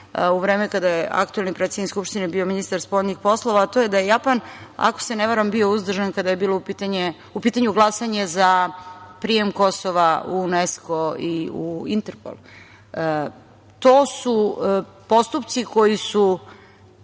u vreme kada je aktuelni predsednik Skupštine bio ministar spoljnih poslova, a to je da je Japan, ako se ne varam, bio uzdržan kada je bilo u pitanju glasanje za prijem Kosova u Unesko i u Interpol. To su postupci koji su